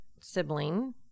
sibling